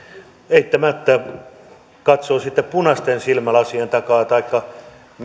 eittämättä katsoo sitten punaisten silmälasien takaa taikka